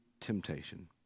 temptation